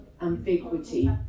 ambiguity